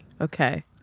Okay